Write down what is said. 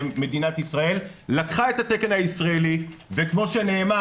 מדינת ישראל לקחה את התקן הישראלי וכמו שנאמר